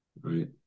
Right